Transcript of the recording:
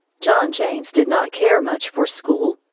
john james did not care much for school.